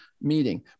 meeting